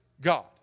God